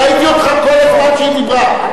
ראיתי אותך כל הזמן שהיא דיברה.